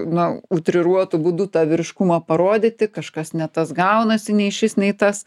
na utriruotu būdu tą vyriškumą parodyti kažkas ne tas gaunasi nei šis nei tas